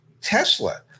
Tesla